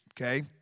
okay